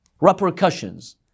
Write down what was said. repercussions